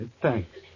thanks